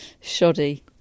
Shoddy